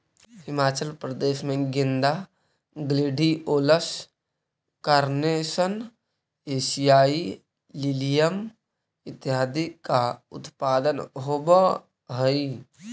हिमाचल प्रदेश में गेंदा, gladiolus, carnation, एशियाई लिलियम इत्यादि का उत्पादन होवअ हई